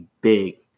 big